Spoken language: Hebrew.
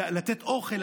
לתת אוכל.